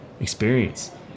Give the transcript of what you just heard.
experience